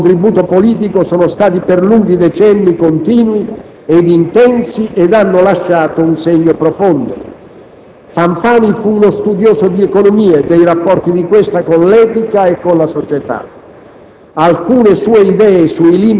Il suo pensiero e il suo contributo politico sono stati per lunghi decenni continui ed intensi e hanno lasciato un segno profondo. Fanfani fu uno studioso di economia e dei rapporti di questa con l'etica e con la società.